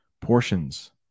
Portions